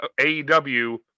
AEW